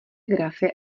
grafy